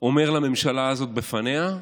אומר לממשלה הזאת בפניה,